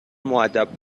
مودب